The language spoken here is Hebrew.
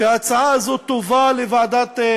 שההצעה הזאת תובא לוועדת,